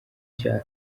cya